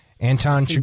Anton